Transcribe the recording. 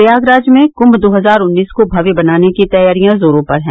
प्रयागराज में कुंभ दो हजार उन्नीस को भव्य बनाने की तैयारियां जोरो पर है